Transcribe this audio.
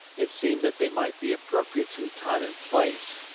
it seemed that they might be appropriate to the time and place,